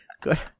Good